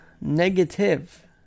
negative